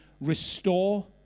restore